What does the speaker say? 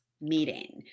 meeting